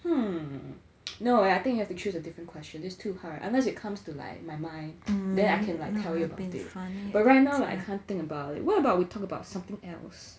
hmm no I think have to choose a different question this is too hard unless it comes to like my mind then I can like tell you about it but right now right I can't think about it what about we talk about something else